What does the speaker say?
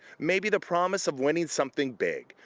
maybe the promise of winning something big.